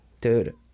dude